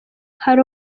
hari